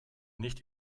nicht